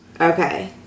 Okay